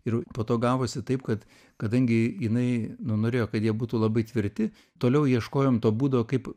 ir po to gavosi taip kad kadangi jinai nu norėjo kad jie būtų labai tvirti toliau ieškojom to būdo kaip